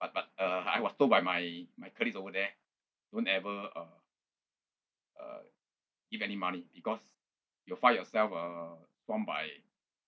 but but uh I was told by my my colleagues over there don't ever uh uh give any money because you'll find yourself uh stormed by